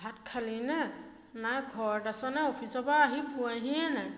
ভাত খালিনে নাই ঘৰত আছনে অফিচৰপৰা আহি পোৱাহিয়েই নাই